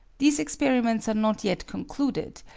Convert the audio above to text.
these experiments are not yet concluded,